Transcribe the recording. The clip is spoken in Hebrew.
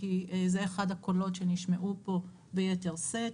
כי זה אחד הקולות שנשמעו פה ביתר שאת,